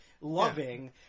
loving